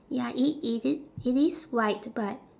ya it is it it is white but